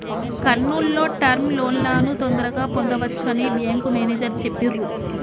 కర్నూల్ లో టర్మ్ లోన్లను తొందరగా పొందవచ్చని బ్యేంకు మేనేజరు చెప్పిర్రు